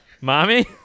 Mommy